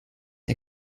der